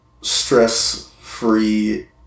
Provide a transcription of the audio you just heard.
stress-free